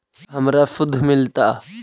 हमरा शुद्ध मिलता?